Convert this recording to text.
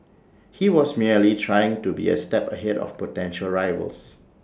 he was merely trying to be A step ahead of potential rivals